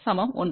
சமம் 1